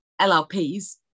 LRPs